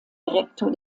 rektor